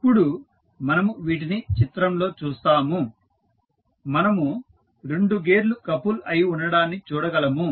ఇప్పుడు మనము వీటిని చిత్రంలో చూస్తాము మనము 2 గేర్లు కపుల్ అయి ఉండడాన్ని చూడగలము